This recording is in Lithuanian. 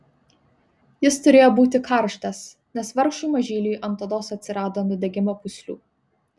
jis turėjo būti karštas nes vargšui mažyliui ant odos atsirado nudegimo pūslių